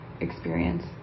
experience